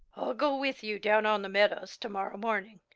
i'll go with you down on the meadows to-morrow morning,